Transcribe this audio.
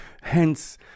Hence